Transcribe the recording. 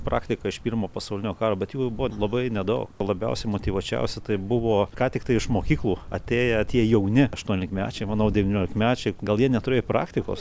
praktiką iš pirmo pasaulinio karo bet jų buvo labai nedaug labiausiai motyvuočiausi tai buvo ką tik tai iš mokyklų atėję tie jauni aštuoniolikmečiai manau devyniolikmečiai gal jie neturėjo praktikos